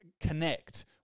connect